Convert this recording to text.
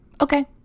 okay